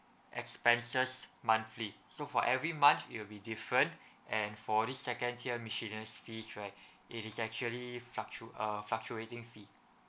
expenses monthly so for every month it will be different and for this second tier miscellaneous fees right it is actually fluctu~ uh fluctuating fee